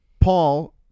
Paul